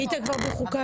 היית כבר בחוקה?